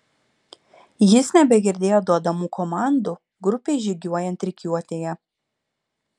jis nebegirdėjo duodamų komandų grupei žygiuojant rikiuotėje